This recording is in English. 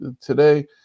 today